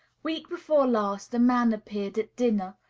week before last a man appeared at dinner,